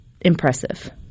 impressive